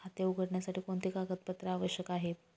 खाते उघडण्यासाठी कोणती कागदपत्रे आवश्यक आहे?